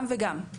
גם וגם.